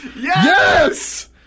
Yes